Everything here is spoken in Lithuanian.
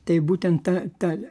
tai būtent ta ta